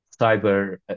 cyber